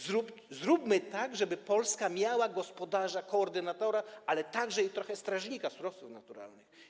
Zróbmy tak, żeby Polska miała gospodarza, koordynatora, ale także trochę strażnika surowców naturalnych.